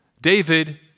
David